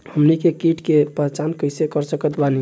हमनी के कीट के पहचान कइसे कर सकत बानी?